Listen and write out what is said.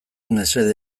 mesede